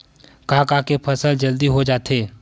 का का के फसल जल्दी हो जाथे?